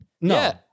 No